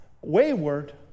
wayward